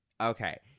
Okay